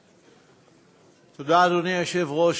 תודה, אדוני היושב-ראש.